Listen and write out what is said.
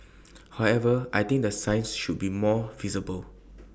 however I think the signs should be more visible